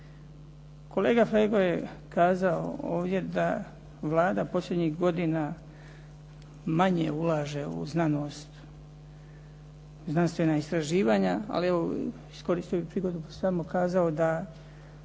Kolega Flego je kazao ovdje da Vlada posljednjih godina manje ulaže u znanost, znanstvena istraživanja. Ali evo, iskoristio bih prigodu pa samo kazao da